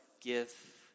Give